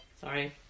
Sorry